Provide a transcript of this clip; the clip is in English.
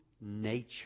nature